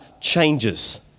changes